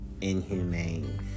inhumane